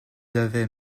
avaient